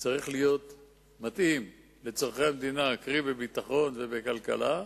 צריך להתאים לצורכי המדינה, קרי בביטחון ובכלכלה,